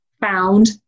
found